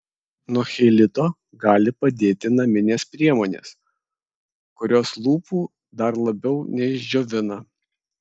nuo cheilito gali padėti naminės priemonės kurios lūpų dar labiau neišdžiovina